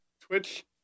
Twitch